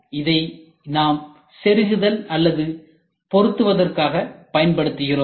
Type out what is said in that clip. இதை நாம் செருகுதல் அல்லது பொருத்துவதற்காக பயன்படுத்துகிறோம்